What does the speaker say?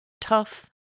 tough